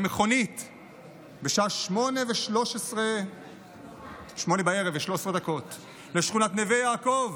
בשעה 20:13 במכונית לשכונת נווה יעקב